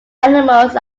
animals